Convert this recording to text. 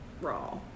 raw